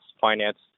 financed